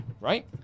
right